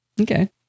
Okay